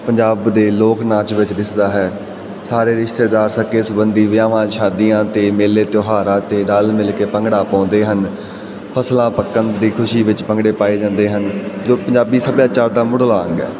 ਪੰਜਾਬ ਦੇ ਲੋਕ ਨਾਚ ਵਿੱਚ ਦਿਸਦਾ ਹੈ ਸਾਰੇ ਰਿਸ਼ਤੇਦਾਰ ਸੱਕੇ ਸੰਬੰਧੀ ਵਿਆਵਾਂ ਸ਼ਾਦੀਆਂ ਤੇ ਮੇਲੇ ਤਿਉਹਾਰਾਂ ਤੇ ਰਲ ਮਿਲ ਕੇ ਭੰਗੜਾ ਪਾਉਂਦੇ ਹਨ ਫਸਲਾਂ ਪੱਕਣ ਦੀ ਖੁਸ਼ੀ ਵਿੱਚ ਭੰਗੜੇ ਪਾਏ ਜਾਂਦੇ ਹਨ ਜੋ ਪੰਜਾਬੀ ਸੱਭਿਆਚਾਰ ਦਾ ਮੁੱਢਲਾ ਅੰਗ ਐ